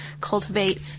cultivate